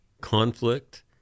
conflict